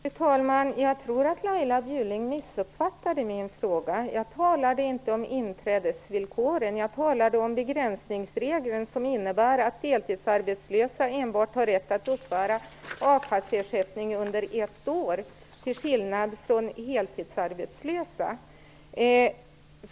Fru talman! Jag tror att Laila Bjurling missuppfattade min fråga. Jag talade inte om inträdesvillkoren utan om begränsningsregeln, som innebär att deltidsarbetslösa enbart har rätt att uppbära a-kasseersättning under ett år, till skillnad från heltidsarbetslösa.